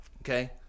Okay